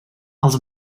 els